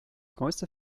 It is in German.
größte